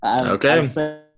Okay